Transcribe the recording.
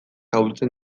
ahultzen